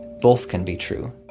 both can be true